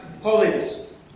holiness